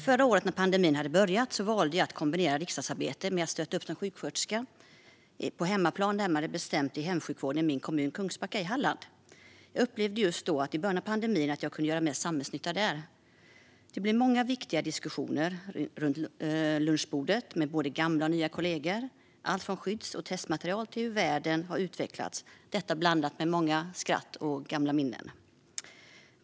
Förra året när pandemin hade börjat valde jag att kombinera riksdagsarbete med att stötta upp som sjuksköterska på hemmaplan, närmare bestämt i hemsjukvården i min kommun Kungsbacka i Halland. Jag upplevde just då, i början av pandemin, att jag kunde göra mest samhällsnytta där. Det blev många viktiga diskussioner runt lunchbordet med både gamla och nya kollegor, om allt från skydds och testmaterial till hur världen har utvecklats, blandat med många skratt och gamla minnen.